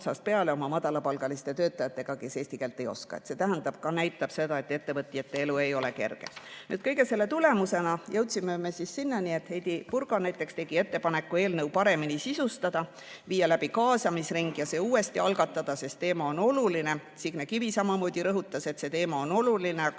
otsast peale tegelemist oma madalapalgaliste töötajatega, kes eesti keelt ei oska. See näitab, et ettevõtjate elu ei ole kerge. Kõige selle tulemusena jõudsime me sinnani, et Heidy Purga näiteks tegi ettepaneku eelnõu paremini sisustada, viia läbi kaasamisring ja eelnõu uuesti algatada, sest teema on oluline. Signe Kivi samamoodi rõhutas, et teema on oluline,